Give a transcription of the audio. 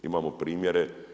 Imamo primjere.